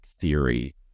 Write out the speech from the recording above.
theory